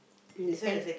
you understand